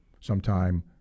sometime